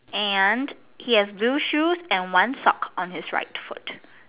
and he has blue shoes and one sock on his right foot